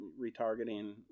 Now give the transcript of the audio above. retargeting